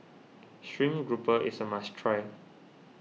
Stream Grouper is a must try